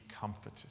comforted